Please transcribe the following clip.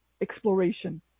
exploration